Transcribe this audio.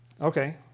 Okay